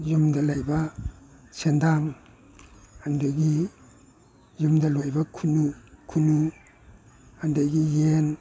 ꯌꯨꯝꯗ ꯂꯩꯕ ꯁꯦꯟꯗ꯭ꯔꯥꯡ ꯑꯗꯒꯤ ꯌꯨꯝꯗ ꯂꯣꯏꯕ ꯈꯨꯅꯨ ꯑꯗꯒꯤ ꯌꯦꯟ